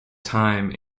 time